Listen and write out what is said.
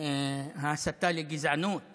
ההסתה לגזענות